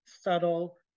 subtle